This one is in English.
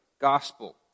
gospel